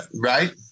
Right